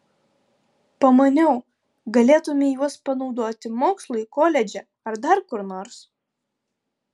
pamaniau galėtumei juos panaudoti mokslui koledže ar dar kur nors